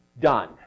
done